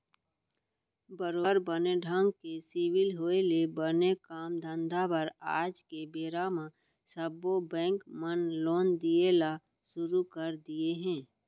बरोबर बने ढंग के सिविल होय ले बने काम धंधा बर आज के बेरा म सब्बो बेंक मन लोन दिये ल सुरू कर दिये हें